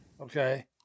okay